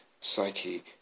psyche